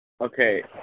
okay